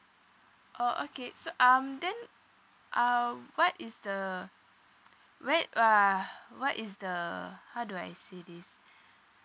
orh okay so um then uh what is the wait uh what is the how do I say this